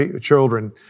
children